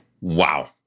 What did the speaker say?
Wow